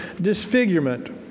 disfigurement